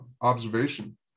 observation